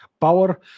power